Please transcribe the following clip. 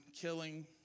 killing